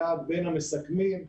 היה בין המסכמים.